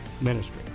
ministry